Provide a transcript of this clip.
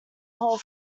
hole